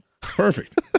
Perfect